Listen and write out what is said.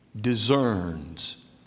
discerns